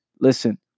listen